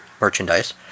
merchandise